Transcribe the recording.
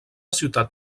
ciutat